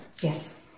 Yes